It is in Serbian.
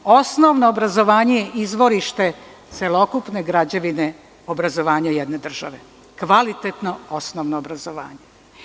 Osnovno obrazovanje je izvorište celokupne građevine obrazovanja jedne države, kvalitetno osnovno obrazovanje.